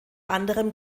anderem